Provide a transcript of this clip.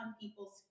people's